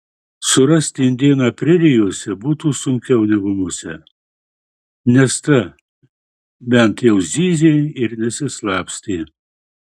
surasti indėną prerijose būtų sunkiau negu musę nes ta bent jau zyzė ir nesislapstė